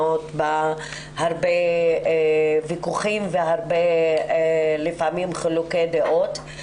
בה הרבה ויכוחים ולפעמים חילוקי דעות,